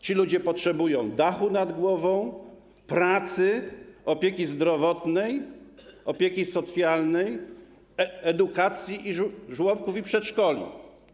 Ci ludzie potrzebują dachu nad głową, pracy, opieki zdrowotnej, opieki socjalnej, edukacji, żłobków i przedszkoli.